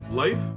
Life